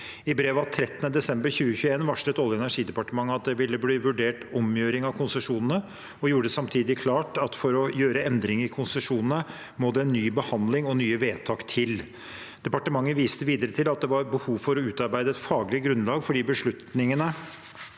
I brev av 13. desember 2021 varslet Olje- og energidepartement at det ville bli vurdert omgjøring av konsesjonene, og gjorde det samtidig klart at for å gjøre endringer i konsesjonene må det en ny behandling og nye vedtak til. Departementet viste videre til at det var behov for å utarbeide et faglig grunnlag for de beslutningene